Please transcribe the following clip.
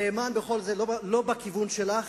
נאמן לא בכיוון שלך,